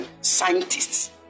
scientists